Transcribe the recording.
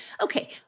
Okay